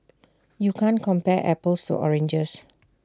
you can't compare apples to oranges